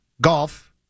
golf